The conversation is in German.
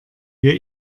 wir